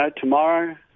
tomorrow